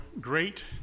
great